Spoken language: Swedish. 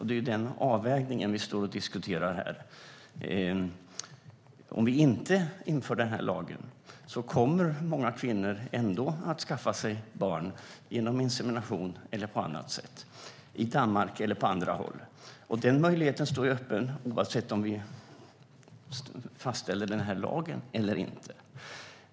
Det är den avvägningen vi diskuterar här. Om vi inte inför den här lagen kommer många kvinnor ändå att skaffa barn, genom insemination eller på annat sätt, i Danmark eller på andra håll. Den möjligheten står öppen oavsett om vi fastställer den här lagen eller inte.